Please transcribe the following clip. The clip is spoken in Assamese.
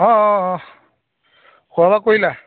অ অ অ খোৱা বোৱা কৰিলা